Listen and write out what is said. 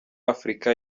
afurika